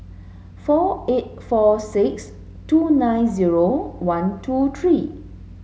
four eight four six two nine zero one two three